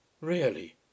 Really